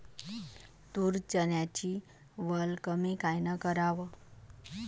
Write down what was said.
तूर, चन्याची वल कमी कायनं कराव?